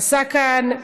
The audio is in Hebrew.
עשה כאן,